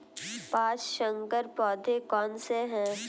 पाँच संकर पौधे कौन से हैं?